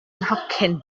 nhocyn